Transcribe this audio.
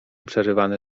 przerywany